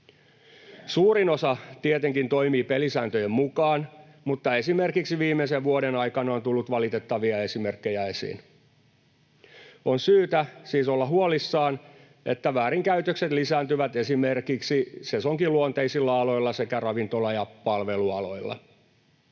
Suurin osa tietenkin toimii pelisääntöjen mukaan, mutta esimerkiksi viimeisen vuoden aikana on tullut valitettavia esimerkkejä esiin. On syytä siis olla huolissaan, että väärinkäytökset lisääntyvät esimerkiksi sesonkiluonteisilla aloilla sekä ravintola- ja palvelualoilla.